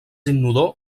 inodor